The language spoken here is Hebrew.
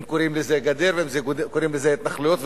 אם קוראים לזה גדר ואם קוראים לזה התנחלויות,